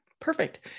Perfect